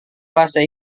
bahasa